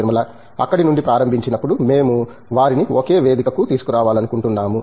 నిర్మలా అక్కడి నుండి ప్రారంభించినప్పుడు మేము వారిని ఒకే వేదికకు తీసుకురావాలనుకుంటున్నాము